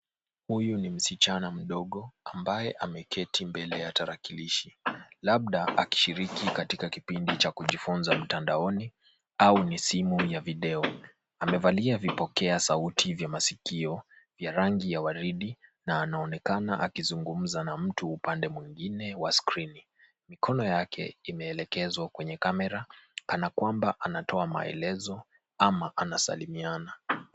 Huyu ni msichana mdogo ambaye ameketi mbele ya tarakilishi labda akishiriki katika kipindi cha kujifunza mtandaoni au ni simu ya video. Amevalia vipokea sauti vya masikio vya rangi ya waridi na anaonekana akizungumza na mtu upande mwingine wa skrini. Mikono yake imeelekezwa kwenye kamera kana kwamba anatoa maelezo ama anasalimiana.